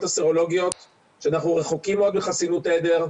הסרולוגיות שאנחנו רחוקים מאוד מחסינות עדר,